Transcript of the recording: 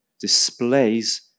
displays